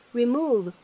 remove